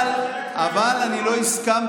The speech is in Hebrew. אבל אתה לא --- אבל אני לא הסכמתי,